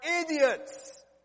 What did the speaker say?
idiots